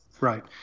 Right